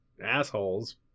Assholes